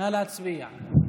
נא להצביע.